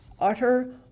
utter